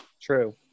True